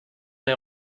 des